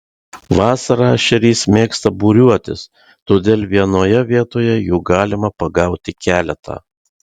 vasarą ešerys mėgsta būriuotis todėl vienoje vietoje jų galima pagauti keletą